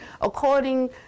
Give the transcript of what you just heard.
according